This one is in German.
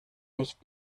nicht